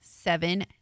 Seven